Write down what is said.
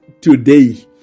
today